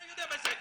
אתה יודע מה זה,